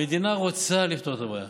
המדינה רוצה לפתור את הבעיה,